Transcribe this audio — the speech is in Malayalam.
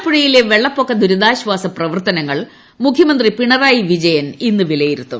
ആലപ്പുഴയിലെ വെള്ളപ്പൊക്ക ദുരിതാശ്വാസ പ്രവർത്തനങ്ങൾ മുഖ്യമന്ത്രി പിണറായി വിജയൻ ഇന്ന് വിലയിരുത്തും